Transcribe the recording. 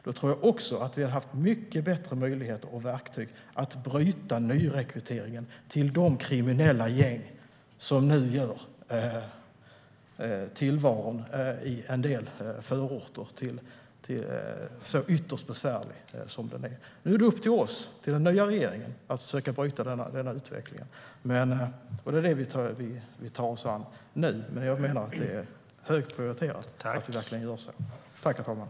Då tror jag också att vi hade haft mycket bättre möjligheter och verktyg att bryta nyrekryteringen till de kriminella gäng som nu gör tillvaron i en del förorter så besvärlig.